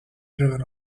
driven